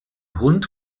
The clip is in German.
hund